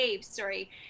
Sorry